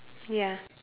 ya